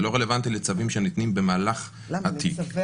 זה לא רלוונטי לצווים שניתנים במהלך התיק,